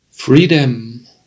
Freedom